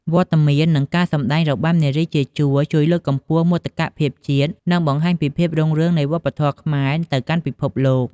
វត្តមាន និងការសម្តែងរបាំនារីជាជួរជួយលើកកម្ពស់មោទកភាពជាតិ និងបង្ហាញពីភាពរុងរឿងនៃវប្បធម៌ខ្មែរទៅកាន់ពិភពលោក។